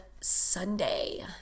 Sunday